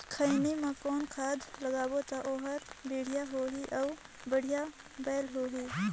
खैनी मा कौन खाद लगाबो ता ओहार बेडिया भोगही अउ बढ़िया बैल होही?